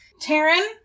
Taryn